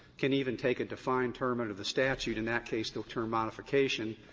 can even take a defined term under the statute, in that case the term modification,